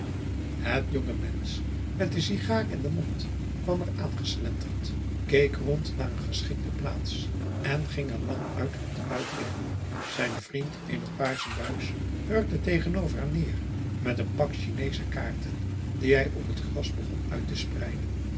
het jonge mensch met de sigaar in den mond kwam er aan geslenterd keek rond naar een geschikte plaats en ging er languit op den buik liggen zijn vriend in het paarse buis hurkte tegenover hem neer met een pak chineesche kaarten die hij op het gras begon uit te spreiden